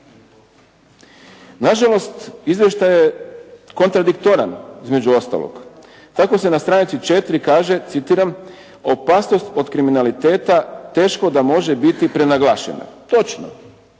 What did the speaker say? Na žalost izvještaj je kontradiktoran između ostalog. Tako se na stranici 4 kaže, citiram: „Opasnost od kriminaliteta teško da može biti prenaglašena.“ Točno.